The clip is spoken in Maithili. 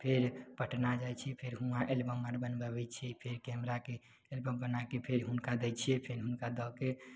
फेर पटना जाइ छियै फेर वहाँ एल्बम आर बनबाबय छियै फेर कैमराके एल्बम बनाके फेर उनका दै छियै फेन हुनका दऽके